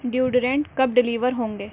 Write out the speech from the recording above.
deodorant کب deliver ہوں گے